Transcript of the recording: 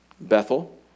Bethel